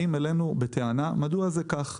באים אלינו בטענה מדוע זה כך,